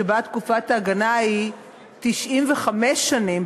שבה תקופת ההגנה היא 95 שנים,